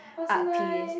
!wah! so nice